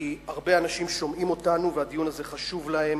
כי הרבה אנשים שומעים אותנו והדיון הזה חשוב להם.